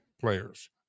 players